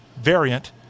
variant